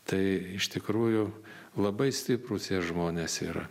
tai iš tikrųjų labai stiprūs jie žmonės yra